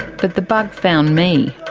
but the bug found me.